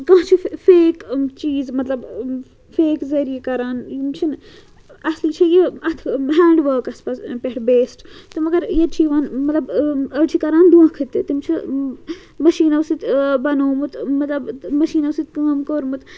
کانٛہہ چھُ فیک چیٖز مطلب فیک ذٔریعہٕ کَران یِم چھِنہٕ اَصلی چھِ یہِ اَتھ ہینٛڈؤرکَس منٛز پٮ۪ٹھ بیسٕڑ تہٕ مگر ییٚتہِ چھِ یِوان مطلب أڑۍ چھِ کَران دھۄنٛکہٕ تہِ تِم چھِ مٔشیٖنو سۭتۍ بَنوومُت مطلب مٔشیٖنو سۭتۍ کٲم کوٚرمُت